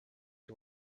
you